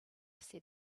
said